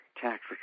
tax